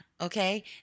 Okay